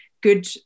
good